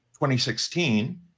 2016